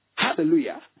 Hallelujah